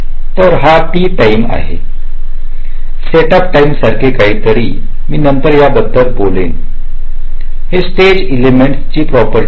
तर हा T time setup time सारखं काहीतरी मी नंतर याबद्दल बोलेन हे स्टेज एडलमेंट्सची प्रॉपटीि आहेत